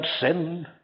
sin